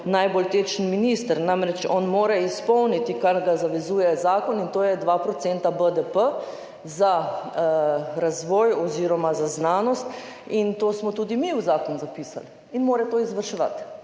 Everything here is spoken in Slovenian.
najbolj tečen minister, on mora namreč izpolniti, kar ga zavezuje zakon, in to je 2 % BDP za razvoj oziroma za znanost. To smo tudi mi v zakon zapisali in mora to izvrševati.